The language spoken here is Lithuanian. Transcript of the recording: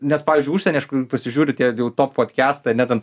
nes pavyzdžiui užsieny aš pasižiūriu tie jau top podkestai ane ten